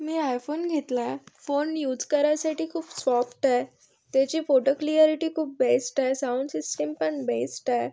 मी iPhone घेतलाय phone use करायसाठी खूप सॉफ्ट आहे त्याची फोटो क्लीअरिटी खूप बेस्ट आहे साऊंड सिस्टिम पण बेस्ट आहे